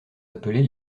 appelés